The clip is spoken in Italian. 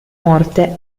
morte